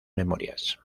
memorias